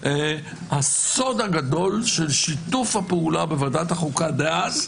הסוד הגדול של שיתוף הפעולה בוועדת החוקה דאז,